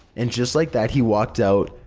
and just like that he walked out,